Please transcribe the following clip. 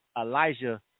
Elijah